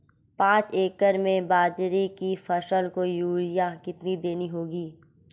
पांच एकड़ में बाजरे की फसल को यूरिया कितनी देनी होगी?